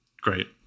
Great